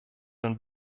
den